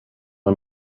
let